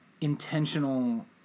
intentional